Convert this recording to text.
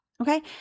okay